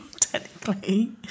technically